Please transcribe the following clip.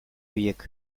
horiek